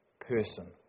person